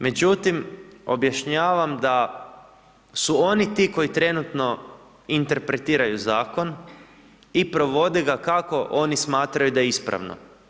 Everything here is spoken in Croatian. Međutim, objašnjavam da su oni ti koji trenutno interpretiraju zakon i provode ga kao oni smatraju da je ispravno.